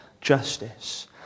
justice